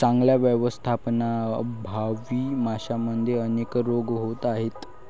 चांगल्या व्यवस्थापनाअभावी माशांमध्ये अनेक रोग होत आहेत